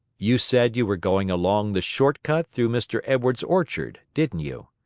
you said you were going along the short cut through mr. edwards's orchard, didn't you?